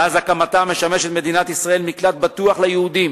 מאז הקמתה משמשת מדינת ישראל מקלט בטוח ליהודים